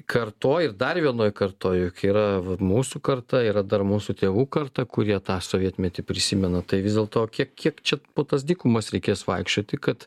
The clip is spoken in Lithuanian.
kartoj ir dar vienoj kartoj juk yra mūsų karta yra dar mūsų tėvų karta kurie tą sovietmetį prisimena tai vis dėlto kiek kiek čia po tas dykumas reikės vaikščioti kad